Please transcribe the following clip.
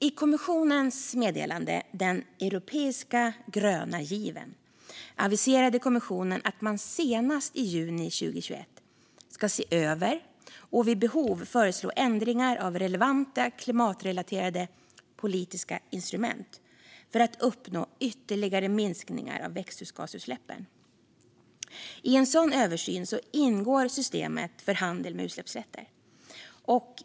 I kommissionens meddelande Den europeisk a grön a giv en aviserade kommissionen att man senast i juni 2021 ska se över och vid behov föreslå ändringar av relevanta klimatrelaterade politiska instrument för att uppnå ytterligare minskningar av växthusgasutsläppen. I en sådan översyn ingår systemet för handel med utsläppsrätter.